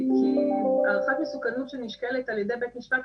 כי הערכת מסוכנת שנשקלת על ידי בית המשפט,